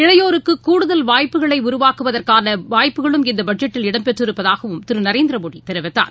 இளையோருக்கு கூடுதல் வாய்ப்புகளை உருவாக்குவதற்கான வாய்ப்புகளும் இந்த பட்ஜெட்டில் இடம்பெற்றிருப்பதாகவும் திரு நரேந்திரமோடி தெரிவித்தார்